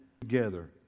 together